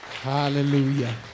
Hallelujah